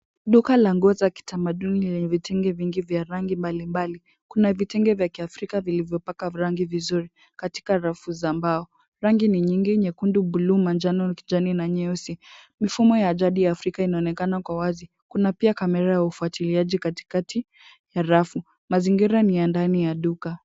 Duka la nguo za kitamaduni yenye vitenge vingi vya rangi mbali mbali. Kuna vitenge vya kiafrika vilivyopakwa rangi vizuri katika rafu za mbao. Rangi ni nyingi; nyekundu, buluu, manjano, kijani na nyeusi. Mfumo ya jadi ya Afrika inaonekana kwa wazi. Kuna pia kamera ya ufuatiliaji katikati ya rafu. Mazingira ni ndani ya duka.